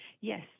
Yes